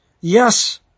Yes